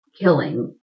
killing